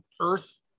earth